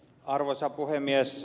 arvoisa puhemies